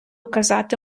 казати